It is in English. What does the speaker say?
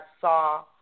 saw